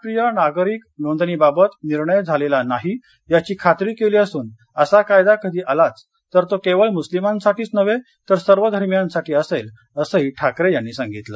राष्ट्रीय नागरिक नोंदणीबाबत निर्णय झालेला नाही याची खात्री केली असून असा कायदा कधी आलाच तर तो केवळ मुस्लिमांसाठीच नव्हे तर सर्व धर्मीयांसाठी असेल असंही ठाकरे यांनी सांगितलं